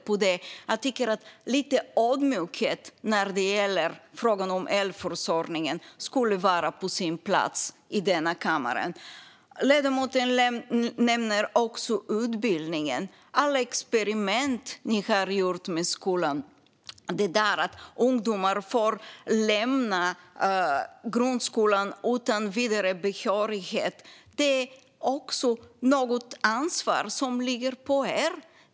Jag tycker att lite ödmjukhet när det gäller frågan om elförsörjningen skulle vara på sin plats i denna kammare. Ledamoten nämner också utbildningen. Alla experiment ni har gjort med skolan leder till att ungdomar lämnar grundskolan utan behörighet till vidare studier. Det är också ett ansvar som ligger på er.